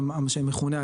מה שמכונה,